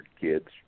kids